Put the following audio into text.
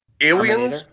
Aliens